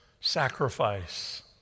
sacrifice